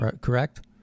correct